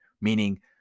Meaning